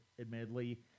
admittedly